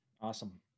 Awesome